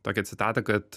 tokią citatą kad